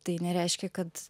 tai nereiškia kad